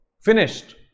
finished